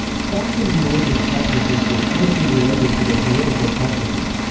saxon religious practices were closely related to their political practices.